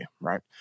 right